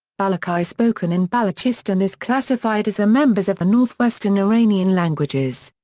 balochi spoken in balochistan is classified as a members of the northwestern iranian languages.